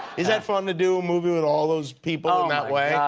is that fun to do, a movie with all of those people in that way? yeah